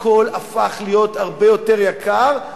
הכול הפך להיות הרבה יותר יקר.